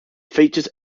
features